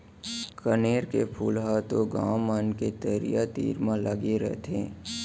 कनेर के फूल ह तो गॉंव मन के तरिया तीर म लगे रथे